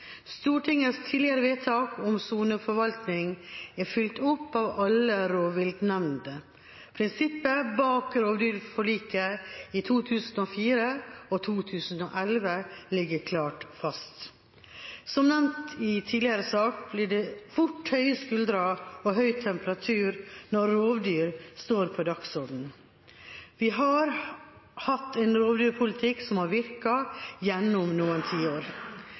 Stortingets tidligere vedtak om soneforvaltning er fulgt opp av alle rovviltnemndene. Prinsippet bak rovdyrforlikene i 2004 og 2011 ligger klart fast. Som nevnt i tidligere sak blir det fort høye skuldre og høy temperatur når rovdyr står på dagsordenen. Vi har hatt en rovdyrpolitikk som har virket gjennom noen tiår.